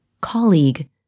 colleague